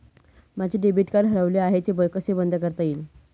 माझे debit card हरवले आहे ते कसे बंद करता येईल?